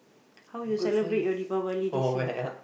how you celebrate your Deepavali this year